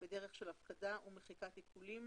בדרך של הפקדה ומחיקת עיקולים.